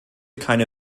keine